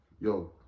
yo